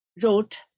Wrote